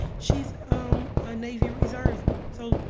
she's, um, a navy reserve. so,